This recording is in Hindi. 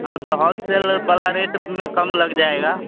हाँ तो होलसेल वाला रेट में कम लग जाएगा